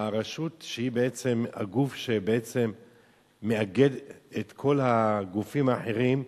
הרשות שהיא בעצם הגוף שמאגד את כל הגופים האחרים,